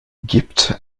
gebt